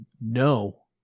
no